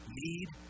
need